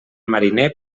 mariner